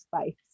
space